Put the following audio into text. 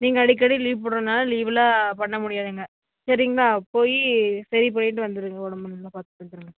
நீங்கள் அடிக்கடி லீவ் போடுறனால லீவெலாம் பண்ண முடியாதுங்க சரிங்களா போய் சரி பண்ணிவிட்டு வந்துடுங்க உடம்ப நல்லா பார்த்துட்டு வந்துடுங்க